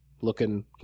looking